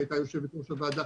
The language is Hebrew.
כשהייתה יושבת ראש הוועדה,